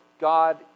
God